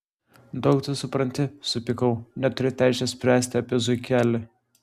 daug tu supranti supykau neturi teisės spręsti apie zuikelį